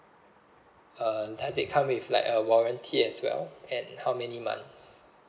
uh does it come with like a warranty as well and how many months